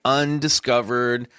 undiscovered